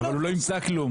אבל הוא לא ימצא כלום.